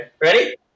ready